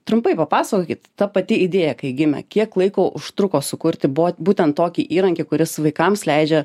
trumpai papasakokit ta pati idėja kai gimė kiek laiko užtruko sukurti bo būtent tokį įrankį kuris vaikams leidžia